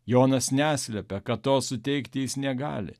jonas neslepia kad to suteikti jis negali